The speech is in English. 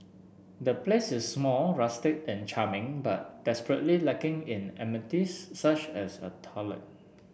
the place is small rustic and charming but desperately lacking in amenities such as a toilet